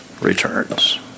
returns